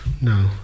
No